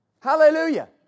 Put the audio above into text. Hallelujah